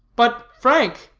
but, frank,